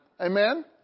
Amen